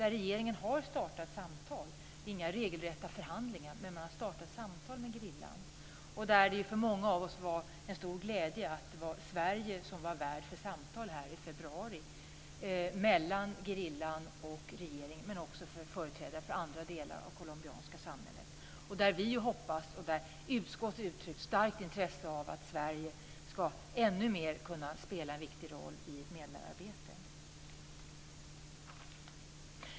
Regeringen har startat samtal. Det är inga regelrätta förhandlingar, men man har startat samtal med gerillan. För många av oss var det en stor glädje att det var Sverige som var värd för samtal här i februari mellan gerillan och regeringen och också företrädare för andra delar av det colombianska samhället. Vi hoppas - och utskottet har uttryckt ett starkt intresse av det - att Sverige ska kunna spela en ännu viktigare roll i ett medlararbete.